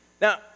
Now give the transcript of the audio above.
Now